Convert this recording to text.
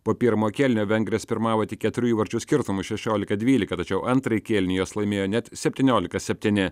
po pirmo kėlinio vengrės pirmavo tik keturių įvarčių skirtumu šešiolika dvylika tačiau antrąjį kėlinį jos laimėjo net septyniolika septyni